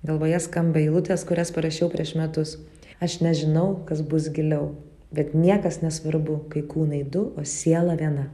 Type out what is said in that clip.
galvoje skamba eilutės kurias parašiau prieš metus aš nežinau kas bus giliau bet niekas nesvarbu kai kūnai du o siela viena